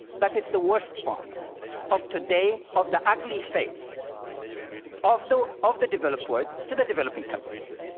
but it's the worst form of today of the ugly face of the of the developed world to the developing countries.